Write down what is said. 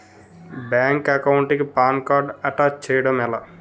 Bank account కి PAN card attach చేయడం ఎలా?